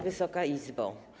Wysoka Izbo!